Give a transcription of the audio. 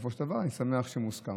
בסופו של דבר, אני שמח שהוא מוסכם.